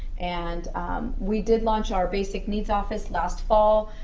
and we did launch our basic needs office last fall,